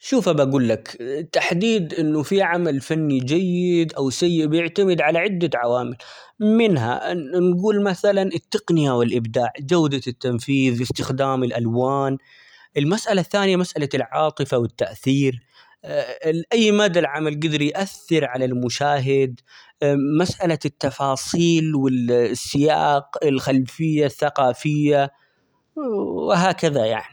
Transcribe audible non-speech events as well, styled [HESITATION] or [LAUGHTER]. شوف أبى أقول لك تحديد إنه في عمل فني جيد أو سيء بيعتمد على عدة عوامل منها:-ن- نقول مثلًا التقنية والإبداع جودة التنفيذ ،استخدام الألوان ، المسألة الثانية مسألة العاطفة ،والتأثير [HESITATION] لأى مدى العمل قدر يؤثر على المشاهد [HESITATION] -م-مسألة التفاصيل، والسياق ،الخلفية الثقافية ،وهكذا يعني.